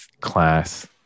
class